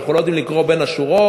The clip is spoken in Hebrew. אנחנו לא יודעים לקרוא בין השורות?